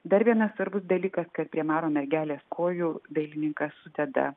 dar vienas svarbus dalykas kad prie mero mergelės kojų dailininkas sudeda